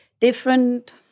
different